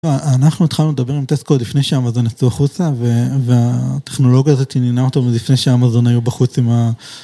אנחנו התחלנו לדבר עם טסקו לפני שאמזון יצאו חוצה והטכנולוגיה הזאת עניינה אותו מלפני שאמזון היו בחוץ עם ה...